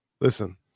Listen